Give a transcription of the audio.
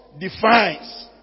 defines